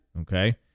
okay